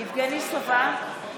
יבגני סובה,